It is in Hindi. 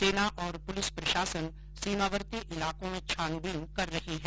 सेना और पुलिस प्रशासन सीमावर्ती इलाको में छानबीन कर रही है